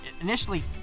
initially